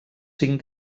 cinc